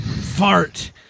fart